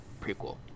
prequel